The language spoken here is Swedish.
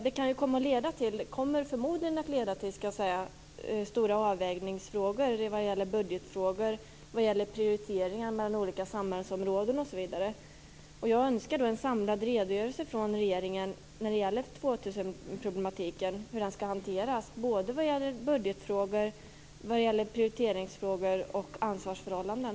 Detta kommer förmodligen att leda till stora avvägningsfrågor när det gäller budget och prioriteringar mellan olika samhällsområden osv. Jag önskar en samlad redogörelse från regeringen när det gäller 2000 problematiken och hur den skall hanteras både i fråga om budgetfrågor, prioriteringsfrågor och ansvarsförhållanden.